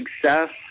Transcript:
success